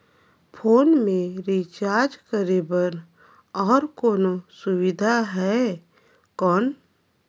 Phone मे recharge करे बर और कोनो सुविधा है कौन?